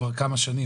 כבר כמה שנים,